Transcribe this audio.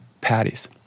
patties